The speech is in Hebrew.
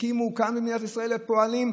הקימו כאן במדינת ישראל ופועלים,